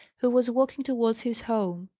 who was walking towards his home.